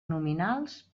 nominals